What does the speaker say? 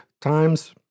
times